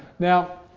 now,